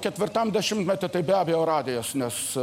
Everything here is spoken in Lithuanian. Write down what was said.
ketvirtam dešimtmety tai be abejo radijas nes